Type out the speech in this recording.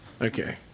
Okay